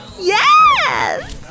Yes